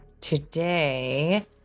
Today